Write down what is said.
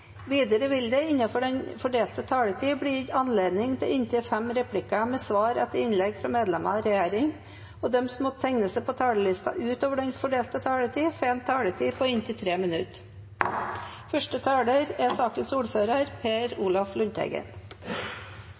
Videre vil det – innenfor den fordelte taletid – bli gitt anledning til inntil seks replikker med svar etter innlegg fra medlemmer av regjeringen, og de som måtte tegne seg på talerlisten utover den fordelte taletid, får også en taletid på inntil 3 minutter. Det er